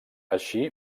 així